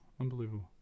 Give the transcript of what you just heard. Unbelievable